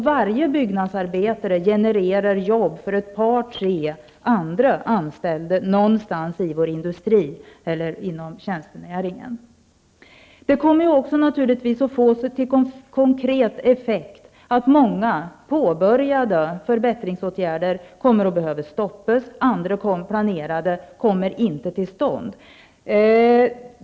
Varje byggnadsarbetare genererar jobb för ett par tre andra anställda någonstans inom industrin eller inom tjänstenäringen. En annan konkret effekt blir att många påbörjade förbättringsåtgärder kommer att stoppas, samtidigt som andra som är planerade inte kommer till stånd.